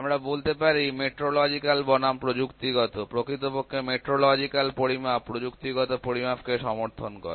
আমরা বলতে পারি মেট্রোলজিকাল বনাম প্রযুক্তিগত প্রকৃতপক্ষে মেট্রোলজিকাল পরিমাপ প্রযুক্তিগত পরিমাপ কে সমর্থন করে